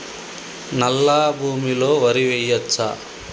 నల్లా భూమి లో వరి వేయచ్చా?